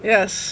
Yes